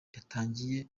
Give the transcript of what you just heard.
yatangiye